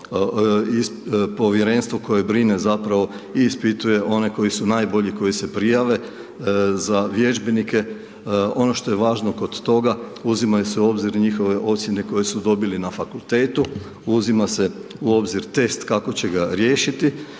povjerenstvo koje brine zapravo i ispituje one koji su najbolji koje se prijave za vježbenike. Ono što je važno kod toga, uzimaju se i u obzir i njihove ocjene koje su dobili na fakultetu, uzimaju se u obzir test kako će ga riješiti